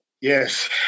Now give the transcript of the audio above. Yes